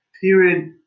period